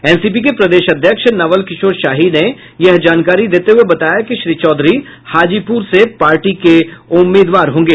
NCP के प्रदेश अध्यक्ष नवल किशोर शाही ने यह जानकारी देते हये बताया कि श्री चौधरी हाजीपूर से पार्टी के उम्मीदवार होंगे